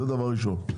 זה דבר ראשון,